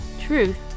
truth